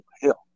Hill